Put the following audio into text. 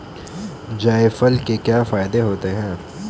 जायफल के क्या फायदे होते हैं?